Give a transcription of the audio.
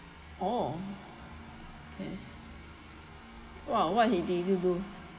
oh okay !wah! what he did you do